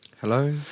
Hello